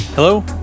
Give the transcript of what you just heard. Hello